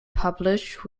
published